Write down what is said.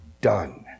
done